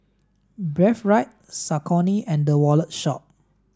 Breathe Right Saucony and The Wallet Shop